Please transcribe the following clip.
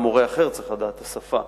גם מורה אחר צריך לדעת את השפה,